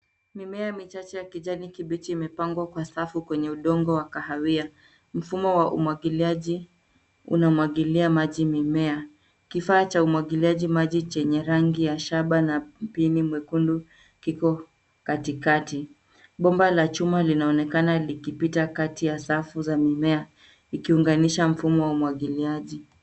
Mimea michache ya kijani kibichi imepangwa kwa safu kwenye udongo wa kahawia. Mfumo wa umwagiliaji unamwagilia maji mimea. Kifaa cha umwagiliaji maji chenye rangi ya shaba na mpini mwekundu kiko katikati. Bomba la chuma linaonekana likipita kati ya safu za mimea ikiunganisha mfumo wa umwagiliaji.